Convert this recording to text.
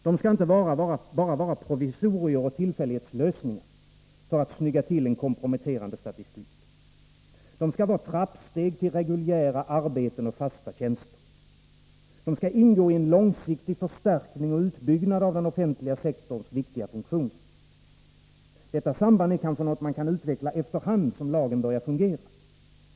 De skall inte bara vara provisorier och tillfällighetslösningar för att snygga till en komprometterande arbetslöshetsstatistik. De skall vara trappsteg till reguljära arbeten och fasta tjänster. De skall ingå i en långsiktig förstärkning och utbyggnad av den offentliga sektorns viktiga funktioner. Detta samband är kanske något man kan utveckla efter hand som lagen börjar fungera.